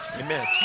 Amen